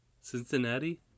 Cincinnati